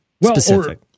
specific